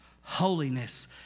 holiness